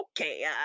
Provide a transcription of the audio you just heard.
okay